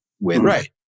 Right